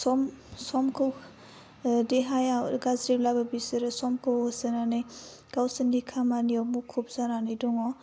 सम समखौ देहाया गाज्रिबाबो बिसोरो समखौ होसोनानै गावसिनि खामानियाव मुखुब जानानै दङ